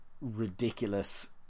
ridiculous